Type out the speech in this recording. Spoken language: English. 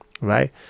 Right